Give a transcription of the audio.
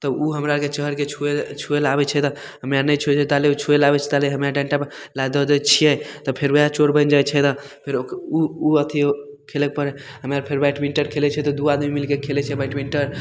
तऽ ओ हम आरके चढ़िके छुएले छुएले आबै छै तऽ हमे आर नहि छुए छै ता लै छुएले आबै छै ता ले हमरा डन्टापर लात दऽ दै छिए तऽ फेर वएह चोर बनि जाइ छै तऽ फेर ओ ओ ओ अथी खेले पड़ै हमे आर फेर बैडमिन्टन खेलै छिए तऽ दुइ आदमी मिलिके खेलै छिए बैडमिन्टन